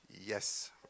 Yes